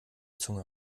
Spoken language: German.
zunge